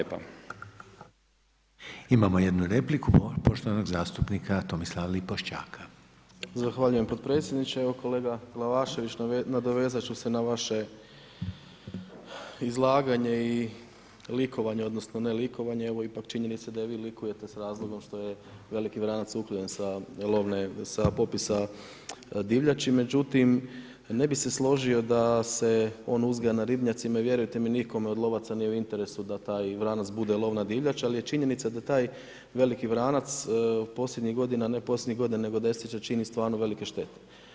Zahvaljujem podpredsjedniče, evo kolega Glavašević nadovezat ću se na vaše izlaganje i likovanje odnosno ne likovanje evo ipak činjenica da vi likujete s razlogom što je veliki vranac uklonjen sa lovne sa popisa divljači, međutim ne bi se složio da se on uzgaja na ribnjacima i vjerujte mi nikom od lovaca nije u interesu da taj vranac bude lovna divljač, ali je činjenica da taj veliki vranac posljednjih godina, ne posljednjih godina nego desetljeća čini stvarno velike štete.